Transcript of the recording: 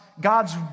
God's